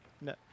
No